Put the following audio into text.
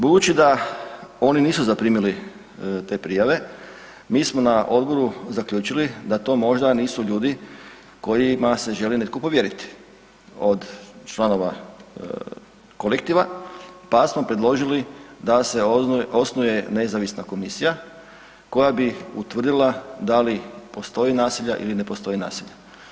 Budući da oni nisu zaprimili te prijave mi smo na odboru zaključili da to možda nisu ljudi kojima se želi netko povjeriti od članova kolektiva, pa smo predložili da se osnuje nezavisna komisija koja bi utvrdila da li postoji nasilja ili ne postoji nasilja.